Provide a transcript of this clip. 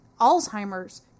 Alzheimer's